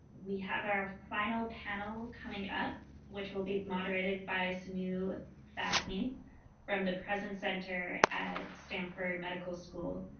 we have our final panel coming up which will be moderated by sonoo thadaney from the presence center at stanford medical school.